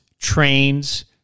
trains